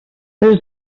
les